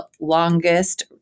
longest